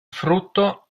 frutto